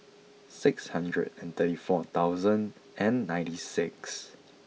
six hundred and thirty four thousand and ninety six